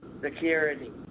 Security